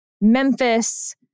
Memphis